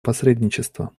посредничество